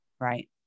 right